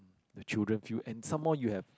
the children feel and some more you have